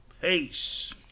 peace